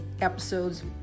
episodes